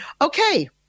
Okay